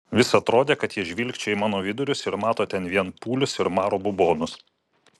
vis atrodė kad jie žvilgčioja į mano vidurius ir mato ten vien pūlius ir maro bubonus